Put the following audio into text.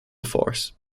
force